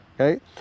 okay